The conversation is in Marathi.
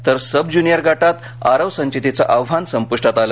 तर सबज्युनियर गटात आरव संचेतीचं आव्हान संपुष्टात आलं